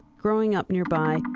growing up nearby,